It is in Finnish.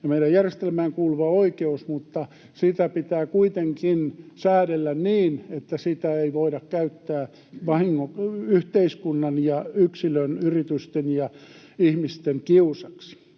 meidän järjestelmään kuuluva oikeus, mutta sitä pitää kuitenkin säädellä niin, että sitä ei voida käyttää yhteiskunnan ja yksilön, yritysten ja ihmisten kiusaksi.